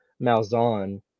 Malzahn